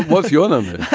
what's your number.